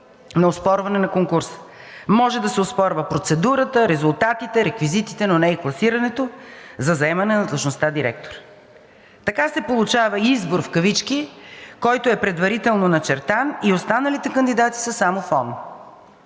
на оспорване на конкурса. Може да се оспорва процедурата, резултатите, реквизитите, но не и класирането за заемане на длъжността директор. Така се получава избор в кавички, който е предварително начертан и останалите кандидати са само фон.